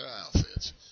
outfits